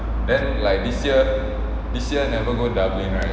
then like this year this year never go dublin right